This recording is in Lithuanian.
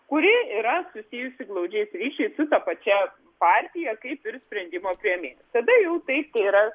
kuri yra susijusi glaudžiais ryšiais su ta pačia partija kaip ir sprendimo priėmėjas tada jau taip tai yra